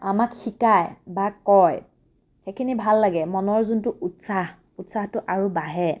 আমাক শিকায় বা কয় সেইখিনি ভাল লাগে মনৰ যোনটো উৎসাহ উৎসাহটো আৰু বাঢ়ে